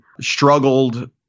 struggled